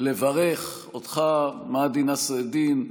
לברך אותך, מהדי נסר אל-דין,